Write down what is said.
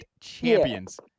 champions